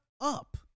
up